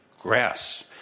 grass